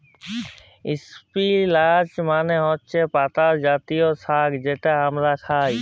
ইস্পিলাচ মালে হছে পাতা জাতীয় সাগ্ যেট আমরা খাই